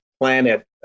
Planet